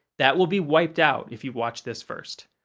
that will be wiped out if you watch this first.